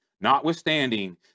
Notwithstanding